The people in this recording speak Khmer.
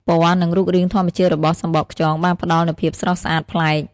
ពណ៌ និងរូបរាងធម្មជាតិរបស់សំបកខ្យងបានផ្តល់នូវភាពស្រស់ស្អាតប្លែក។